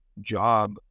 job